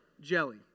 jelly